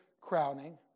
crowning